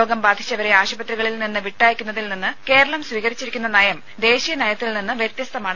രോഗം ബാധിച്ചവരെ ആശുപത്രികളിൽ നിന്ന് വിട്ടയയ്ക്കുന്നതിൽ നിന്ന് കേരളം സ്വീകരിച്ചിരിക്കുന്ന നയം ദേശീയ നയത്തിൽനിന്ന് വ്യത്യസ്തമാണ്